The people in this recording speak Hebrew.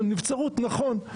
נכון.